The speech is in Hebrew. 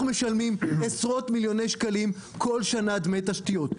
אנו משלמים עשרות מיליוני שקלים כל שנה דמי תשתיות.